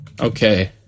okay